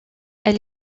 elle